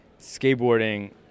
skateboarding